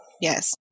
Yes